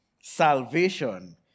salvation